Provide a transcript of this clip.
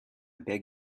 beg